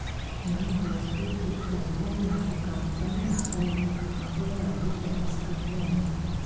ನಮ್ ದೋಸ್ತದು ಥೈಲ್ಯಾಂಡ್ ನಾಗ್ ಕಂಪನಿ ಅದಾ ಯಾಕ್ ಅಂದುರ್ ಅಲ್ಲಿ ಟ್ಯಾಕ್ಸ್ ಕಮ್ಮಿ ಅದಾ